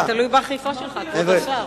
זה תלוי באכיפה שלך, כבוד השר.